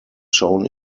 shown